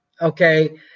okay